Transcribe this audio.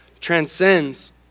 transcends